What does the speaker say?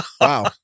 Wow